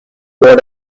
bored